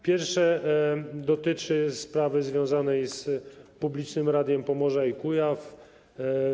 Pierwsze dotyczy sprawy związanej z publicznym radiem Pomorza i Kujaw.